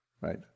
right